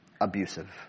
abusive